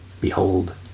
Behold